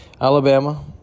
Alabama